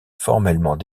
formellement